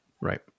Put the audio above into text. Right